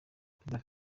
perezida